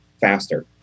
faster